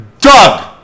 Doug